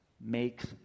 makes